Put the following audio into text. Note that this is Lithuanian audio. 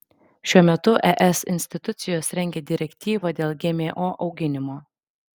šiuo metu es institucijos rengia direktyvą dėl gmo auginimo